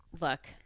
Look